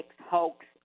hoax